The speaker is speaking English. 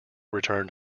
returned